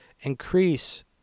increase